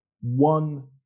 one